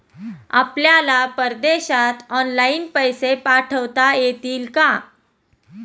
आपल्याला परदेशात ऑनलाइन पैसे पाठवता येतील का?